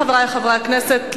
חברי חברי הכנסת,